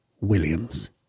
Williams